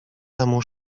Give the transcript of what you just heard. temu